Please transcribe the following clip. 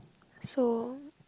so